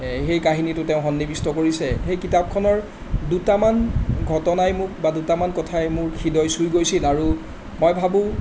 সেই কাহিনীটো তেওঁ সন্নিবিষ্ট কৰিছে সেই কিতাপখনৰ দুটামান ঘটনাই মোক বা দুটামান কথাই মোৰ হৃদয় চুই গৈছিল আৰু মই ভাবোঁ